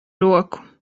roku